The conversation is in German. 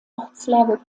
ortslage